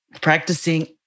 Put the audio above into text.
Practicing